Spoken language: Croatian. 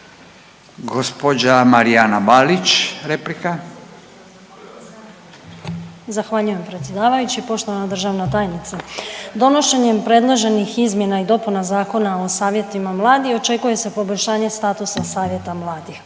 **Balić, Marijana (HDZ)** Zahvaljujem predsjedavajući. Poštovana državna tajnice. Donošenjem predloženih izmjena i dopuna Zakona o savjetima mladih očekuje se poboljšanje statusa savjeta mladih.